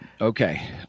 Okay